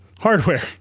hardware